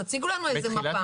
תציגו לנו איזה מפה.